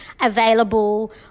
available